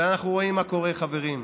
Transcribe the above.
ואנחנו רואים מה קורה, חברים.